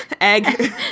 egg